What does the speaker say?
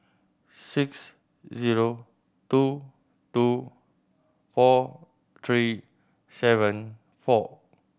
six zero two two four three seven four